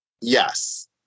Yes